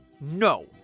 no